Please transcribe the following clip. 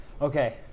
okay